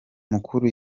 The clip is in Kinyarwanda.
mukura